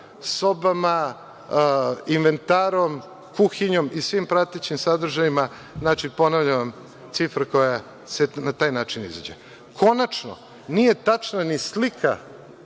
sobama, inventarom, kuhinjom i svim pratećim sadržajima, ponavljam cifra koja na taj način izađe. Konačno, nije tačna ni slika